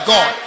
God